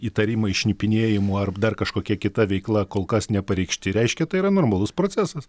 įtarimai šnipinėjimu ar dar kažkokia kita veikla kol kas nepareikšti reiškia tai yra normalus procesas